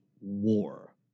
war